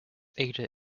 ada